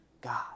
God